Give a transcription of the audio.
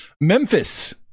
Memphis